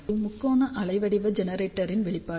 இது முக்கோண அலைவடிவ ஜெனரேட்டரின் வெளிப்பாடு